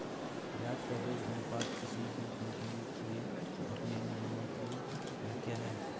ब्याज कवरेज अनुपात किसी भी कम्पनी के अपने नियमों की व्याख्या है